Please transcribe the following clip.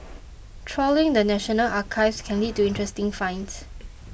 trawling the National Archives can lead to interesting finds